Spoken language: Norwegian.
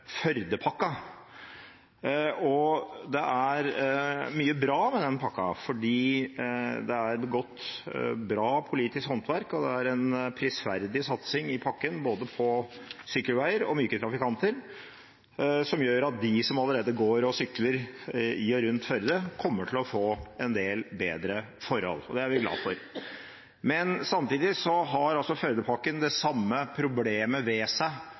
forbedre Førdepakken. Det er mye bra med den pakken, fordi det er begått bra politisk håndverk, og det er en prisverdig satsing i pakken på både sykkelveier og myke trafikanter som gjør at de som allerede går og sykler i og rundt Førde, kommer til å få en del bedre forhold. Det er vi glade for. Samtidig har Førdepakken det samme problemet ved seg